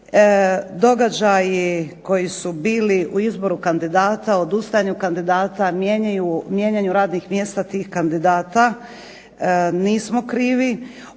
događaji koji su bili u izboru kandidata, odustajanju kandidata, mijenjanju radnih mjesta tih kandidata, nismo krivi.